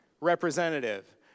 representative